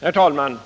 Herr talman!